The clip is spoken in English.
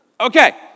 Okay